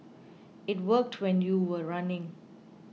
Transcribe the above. it worked when you were running